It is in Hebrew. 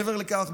מעבר לכך,